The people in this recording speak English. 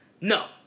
No